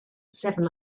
seven